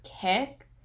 kick